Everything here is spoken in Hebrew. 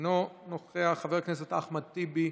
אינו נוכח, חבר הכנסת אחמד טיבי,